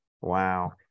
Wow